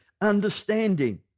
understanding